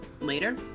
later